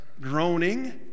groaning